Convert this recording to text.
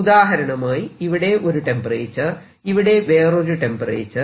ഉദാഹരണമായി ഇവിടെ ഒരു ടെമ്പറേച്ചർ ഇവിടെ വേറൊരു ടെമ്പറേച്ചർ